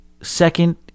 Second